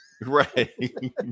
Right